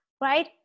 right